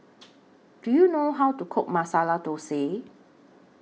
Do YOU know How to Cook Masala Thosai